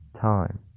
time